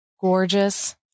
gorgeous